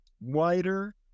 wider